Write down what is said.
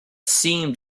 seemed